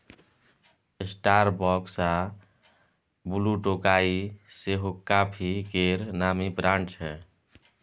Starbucks आ ब्लुटोकाइ सेहो coffee केर नामी ब्रांड छै